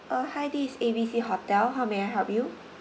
uh hi this is A B C hotel how may I help you